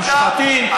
מושחתים,